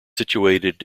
situated